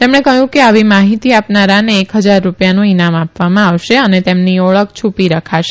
તેમણે કહયું કે આવી માહિતી આપનારાને એક હજાર રૂપિયાનું ઇનામ આપવામાં આવશે ને તેમની ઓળખ છુપી રખાશે